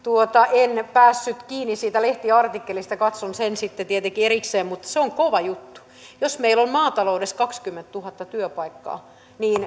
en päässyt kiinni siitä lehtiartikkelista katson sen sitten tietenkin erikseen mutta se on kova juttu jos meillä on maataloudessa kaksikymmentätuhatta työpaikkaa